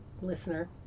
listener